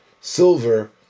silver